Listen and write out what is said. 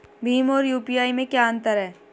भीम और यू.पी.आई में क्या अंतर है?